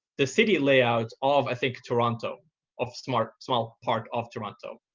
the city layout of, i think, toronto of small small part of toronto.